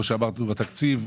כמו שאמרנו בתקציב,